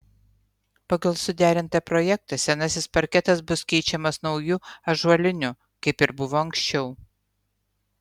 pagal suderintą projektą senasis parketas bus keičiamas nauju ąžuoliniu kaip ir buvo anksčiau